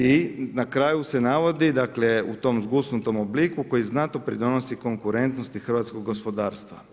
I na kraju se navodi u tom zgusnutom obliku koji znatno pridonosi konkurentnosti hrvatskog gospodarstva.